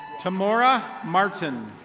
tamora martin.